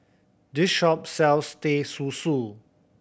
this shop sells Teh Susu